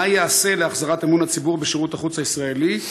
מה ייעשה להחזרת אמון הציבור בשירות החוץ הישראלי?